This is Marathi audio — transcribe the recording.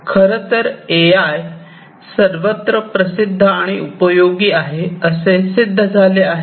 खरंतर ए आय सर्वत्र प्रसिद्ध आणि उपयोगी आहे असे सिद्ध झाले आहे